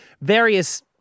various